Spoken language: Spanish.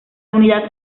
unidad